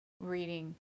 reading